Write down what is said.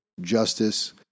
Justice